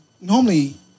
Normally